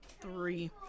three